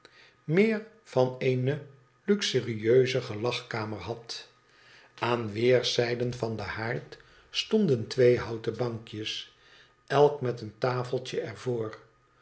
meer van eene luxurieuse gelagkamer had aan weerszijden van den haard stonden twee houten bankjes elk met een tafeltje